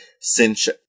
cinch